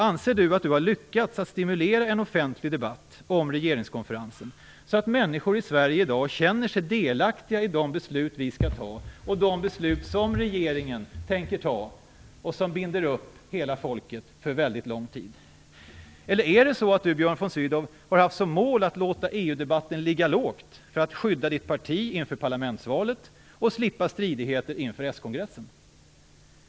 Anser Björn von Sydow att han har lyckats att stimulera en offentlig debatt om regeringskonferensen så att människor i Sverige i dag känner sig delaktiga i de beslut riksdagen skall fatta och de beslut som regeringen tänker fatta och som binder upp hela folket för väldigt lång tid? Eller är det så att Björn von Sydow har haft som mål att låta EU-debatten ligga lågt för att skydda sitt parti inför parlamentsvalet och slippa stridigheter inför s-kongressen?